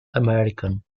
american